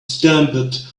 stampeded